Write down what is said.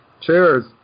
Cheers